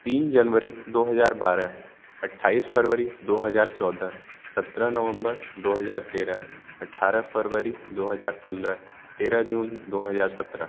तीन जनवरी दो हज़ार बारह अट्ठाईस फरवरी दो हज़ार चौदह सत्रह नवम्बर दो हज़ार तेरह अट्ठारह फरवरी दो हज़ार पंद्रह तेरह जून दो हज़ार सत्रह